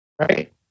right